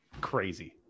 crazy